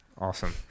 Awesome